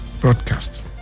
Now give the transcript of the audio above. broadcast